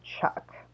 Chuck